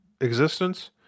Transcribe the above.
existence